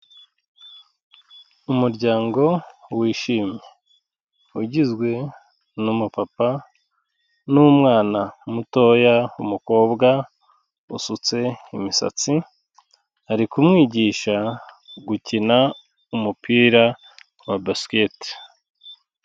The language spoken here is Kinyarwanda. Umuryango wishimye, ugizwe n'umupapa n'umwana mutoya w'umukobwa usutse imisatsi, ari kumwigisha gukina umupira wa Basket.